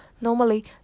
Normally